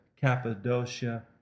Cappadocia